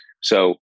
So-